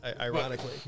Ironically